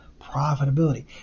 profitability